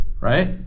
right